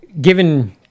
Given